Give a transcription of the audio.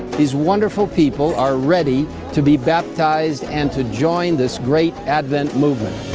these wonderful people are ready to be baptized and to join this great advent movement.